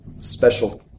special